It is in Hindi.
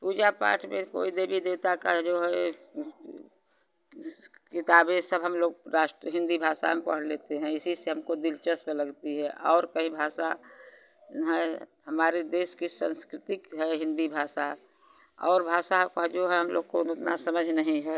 पूजा पाठ में कोई देबी देवता का जो है किताबें सब हम लोग राष्ट्र हिन्दी भाषा में पढ़ लेते हैं इसी से हमको दिलचस्प लगती है और कई भाषा है हमारे देश की संस्कृतिक है हिन्दी भाषा और भाषाओं का जो है हम लोग को तो उतना समझ नहीं है